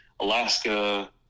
Alaska